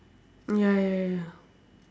ya ya ya